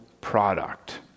product